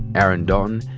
aaron dalton,